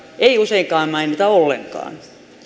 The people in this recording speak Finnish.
ei useinkaan mainita ollenkaan